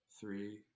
Three